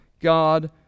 God